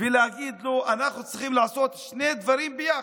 ולהגיד לו שאנחנו צריכים לעשות שני דברים ביחד: